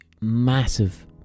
massive